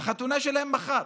החתונה שלהם מחר.